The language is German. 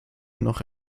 noch